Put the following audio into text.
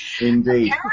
Indeed